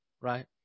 Right